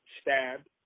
stabbed